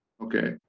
Okay